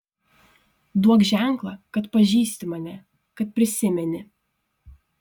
duok ženklą kad pažįsti mane kad prisimeni